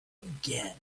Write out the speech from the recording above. again